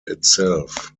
itself